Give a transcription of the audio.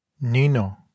Nino